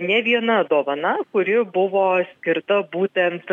ne viena dovana kuri buvo skirta būtent